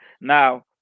Now